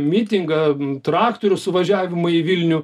mitingą traktorių suvažiavimą į vilnių